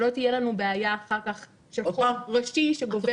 שלא תהיה לנו בעיה אחר כך של חוק ראשי שגובר על התקנות.